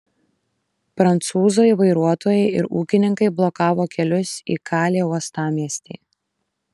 prancūzai vairuotojai ir ūkininkai blokavo kelius į kalė uostamiestį